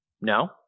No